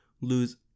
lose